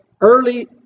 early